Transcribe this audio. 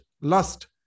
lust